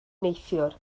neithiwr